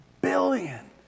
Billion